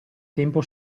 tempo